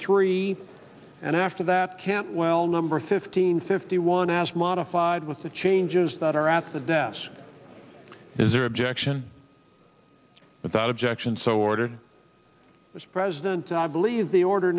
three and after that can't well number fifteen fifty one as modified with the changes that are at the desk is their objection without objection so ordered as president i believe the order